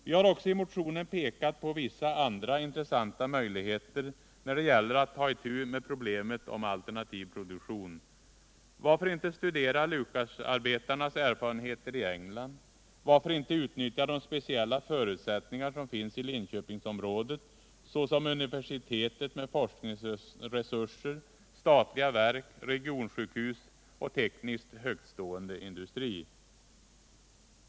Vi hari motionen också pekat på vissa andra intressanta möjligheter när det gäller att ta itu med problemet om alternativ produktion. Varför inte studera Lucasarbetarnas erfarenheter i England? Varför inte utnyttja de speciella förutsättningar som finns i Linköpingsområdet, såsom universitet med forskningsresurser, statliga verk, regionsjukhus och en tekniskt högtstående industri?